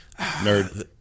nerd